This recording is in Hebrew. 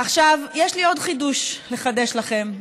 עכשיו, יש לי עוד חידוש לחדש לכם: